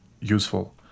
useful